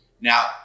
Now